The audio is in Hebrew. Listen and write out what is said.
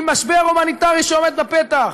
עם משבר הומניטרי שעומד בפתח,